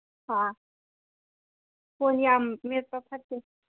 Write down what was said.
ꯑꯥ phone ꯌꯥꯝ ꯃꯦꯠꯄ ꯐꯠꯇꯦ